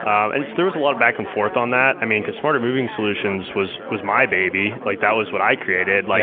um and there was a lot of back and forth on that i mean cause smarter moving solutions was was my baby. like that was what i created. like